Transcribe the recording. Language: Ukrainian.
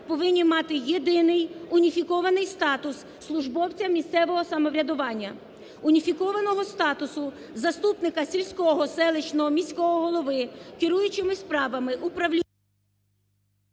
повинні мати єдиний уніфікований статус службовця місцевого самоврядування. Уніфікованого статусу заступника сільського, селищного, міського голови, керуючими справами… ГОЛОВУЮЧИЙ.